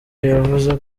yavuze